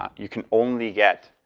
you can only get